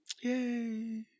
Yay